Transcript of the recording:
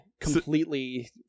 completely